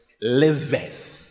liveth